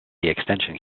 extension